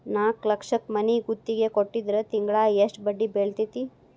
ನಾಲ್ಕ್ ಲಕ್ಷಕ್ ಮನಿ ಗುತ್ತಿಗಿ ಕೊಟ್ಟಿದ್ರ ತಿಂಗ್ಳಾ ಯೆಸ್ಟ್ ಬಡ್ದಿ ಬೇಳ್ತೆತಿ?